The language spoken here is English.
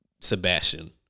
Sebastian